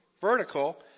vertical